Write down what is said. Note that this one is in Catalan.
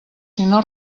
sinó